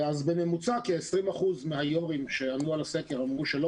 בממוצע כ-20% מיושבי הראש שענו על הסקר אמרו שלא